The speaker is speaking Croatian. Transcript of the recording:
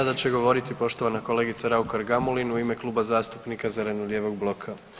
Sada će govoriti poštovana kolegica Raukar-Gamulin u ime Kluba zastupnika Zeleno-lijevog bloka.